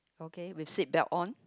okay with seatbelt on